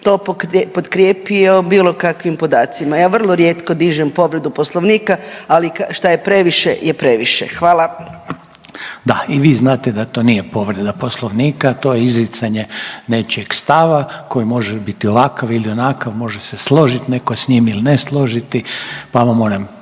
to potkrijepio bilo kakvim podacima. Ja vrlo rijetko dižem povredu Poslovnika, ali šta je previše je previše Hvala. **Reiner, Željko (HDZ)** Da i vi znate da to nije povreda Poslovnika. To je izricanje nečijeg stava koji može biti ovakav ili onakav, može se složiti netko s njim ili ne složiti,